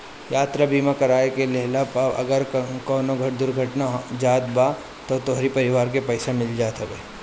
यात्रा बीमा करवा लेहला पअ अगर कवनो दुर्घटना हो जात बा तअ तोहरी परिवार के पईसा मिल जात हवे